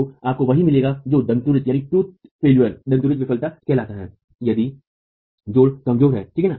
तो आपको वही मिलेगा जो दन्तुरित विफलता कहलाता है यदि जोड़ कमजोर है ठीक है